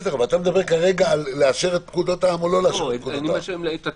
אתה מדבר כרגע אם לאשר את פקודת העם או לא לאשר את פקודת העם.